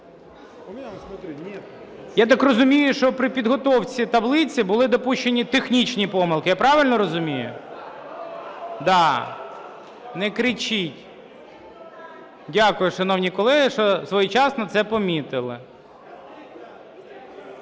Я так розумію, що при підготовці таблиці були допущені технічні помилки. Я правильно розумію? Да. Не кричіть. Дякую, шановні колеги, що своєчасно це помітили.